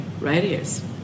radius